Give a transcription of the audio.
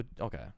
Okay